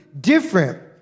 different